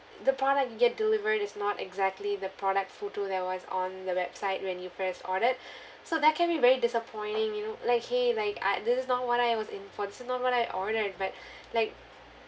the product you get delivered is not exactly the product photo that was on the website when you first ordered so that can be very disappointing you know like !hey! like uh this is not what I was in for this is not what I ordered but like